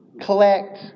collect